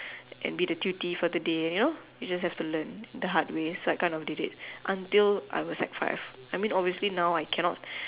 and be the tutee for the day you know you just have to learn the hard way so I kind of did it until I was sec five I mean obviously now I cannot